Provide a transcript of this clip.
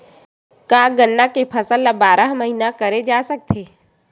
का गन्ना के फसल ल बारह महीन करे जा सकथे?